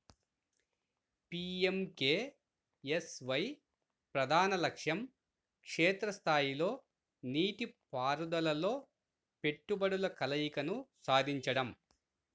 PMKSY ప్రధాన లక్ష్యం క్షేత్ర స్థాయిలో నీటిపారుదలలో పెట్టుబడుల కలయికను సాధించడం